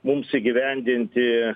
mums įgyvendinti